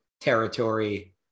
territory